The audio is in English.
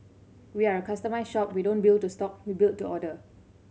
we are a customised shop we don't build to stock we build to order